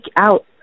out